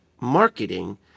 marketing